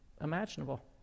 imaginable